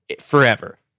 forever